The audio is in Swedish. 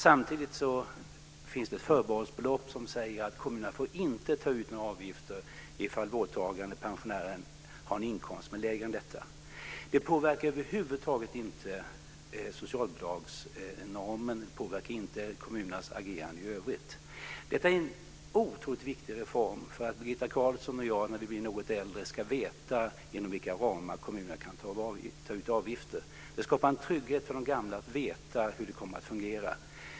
Samtidigt finns det ett förbehållsbelopp, som innebär att kommunerna inte får ta ut några avgifter om vårdtagaren eller pensionären har en inkomst som är lägre än ett visst belopp. Det påverkar över huvud taget inte socialbidragsnormen. Det påverkar inte kommunernas agerande i övrigt. Detta är en reform som är otroligt viktig för att Birgitta Carlsson och jag när vi blir något äldre ska kunna veta inom vilka ramar kommunerna kan ta ut avgifter. Det är en trygghet för de gamla att veta hur det kommer att fungera.